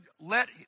Let